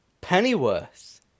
Pennyworth